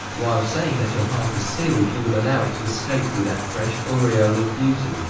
while saying that your heart is sealed, you will allow it to escape through that fresh aureole of beauty,